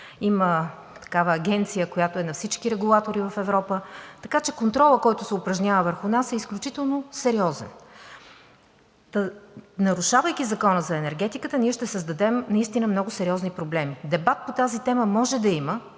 Има и такава агенция, която е на всички регулатори в Европа, така че контролът, който се упражнява върху нас, е изключително сериозен и нарушавайки Закона за енергетиката, ние ще създадем наистина много сериозни проблеми. Дебат по тази тема може да има